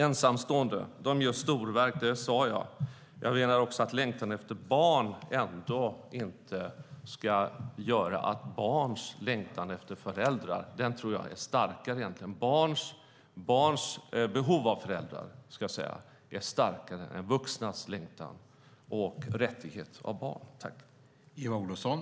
Ensamstående gör storverk, och det sade jag. Men jag menar att barns behov av föräldrar är starkare än vuxnas längtan efter och rättighet till barn.